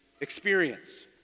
experience